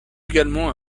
également